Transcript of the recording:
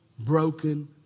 Broken